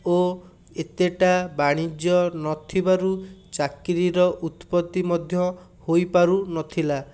ଓ ଏତେଟା ବାଣିଜ୍ୟ ନଥିବାରୁ ଚାକିରିର ଉତ୍ପତ୍ତି ମଧ୍ୟ ହୋଇପାରୁନଥିଲା